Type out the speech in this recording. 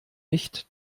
nicht